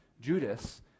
Judas